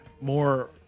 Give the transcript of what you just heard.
more